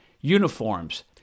uniforms